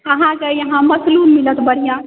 अहाँके यहाँ मशरूम मिलत बढ़िआँ